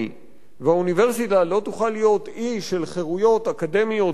והאוניברסיטה לא תוכל להיות אי של חירויות אקדמיות ופוליטיות